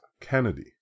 Kennedy